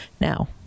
Now